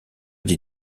des